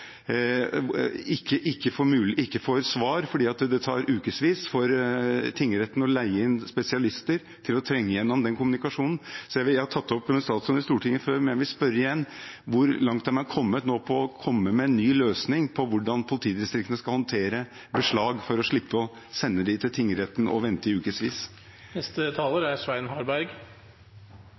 ikke får svar fordi det tar ukesvis for tingretten å leie inn spesialister til å trenge gjennom den kommunikasjonen. Jeg har tatt det opp med statsråden i Stortinget før, men jeg vil spørre igjen: Hvor langt har man nå kommet med en ny løsning på hvordan politidistriktene skal håndtere beslag, for å slippe å sende dem til tingretten og vente i ukesvis?